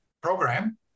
program